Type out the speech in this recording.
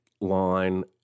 line